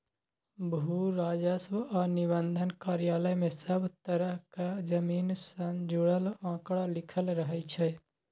भू राजस्व आ निबंधन कार्यालय मे सब तरहक जमीन सँ जुड़ल आंकड़ा लिखल रहइ छै